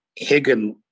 Higgin